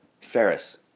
Ferris